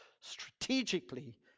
strategically